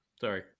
Sorry